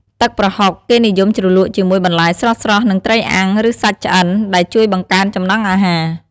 ទឹកប្រហុក គេនិយមជ្រលក់ជាមួយបន្លែស្រស់ៗ និងត្រីអាំង ឬសាច់ឆ្អិន ដែលជួយបង្កើនចំណង់អាហារ។